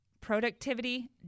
productivity